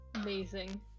Amazing